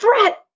threat